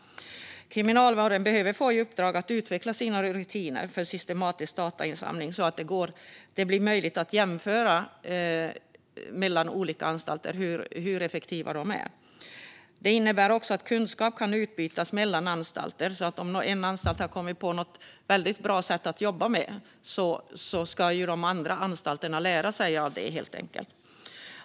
Kriminalvården behöver få i uppdrag att utveckla rutiner för systematisk datainsamling så att det blir möjligt att jämföra effektiviteten mellan olika anstalter. Detta innebär också att kunskap ska kunna utbytas mellan anstalter. Om en anstalt har kommit på något väldigt bra sätt att jobba ska de andra anstalterna kunna lära sig av det.